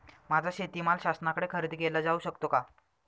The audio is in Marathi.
माझा शेतीमाल शासनाकडे खरेदी केला जाऊ शकतो का?